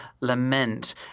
lament